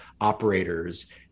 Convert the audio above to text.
operators